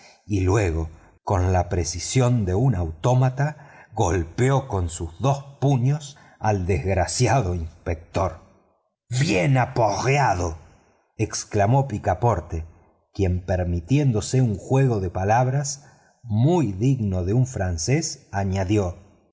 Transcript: y luego con la precisión de un autómata golpeó con sus dos puños al desgraciado inspector bien aporreado exclamó picaporte fix derribado por el suelo no pronunció una